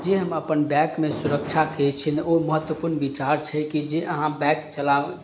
जे हम अपन बाइकमे सुरक्षाके छियै ने ओ महत्वपूर्ण विचार छै कि जे अहाँ बाइक चला